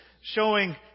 showing